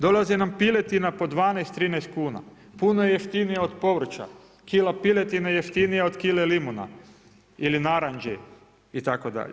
Dolazi nam piletina po 12, 13 kuna, puno je jeftinija od povrća, kila piletine je jeftinija od kile limuna ili naranči.